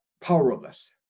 powerless